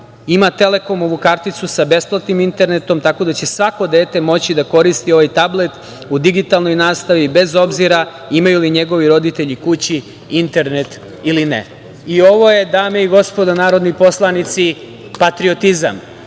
ima Telekomovu karticu sa besplatnim internetom, tako da će svako dete moći da koristi ovaj tablet u digitalnoj nastavi, bez obzira imaju li njegovi roditelji kući internet ili ne. Ovo je, dame i gospodo narodni poslanici, patriotizam.